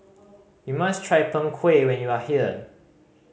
you must try Png Kueh when you are here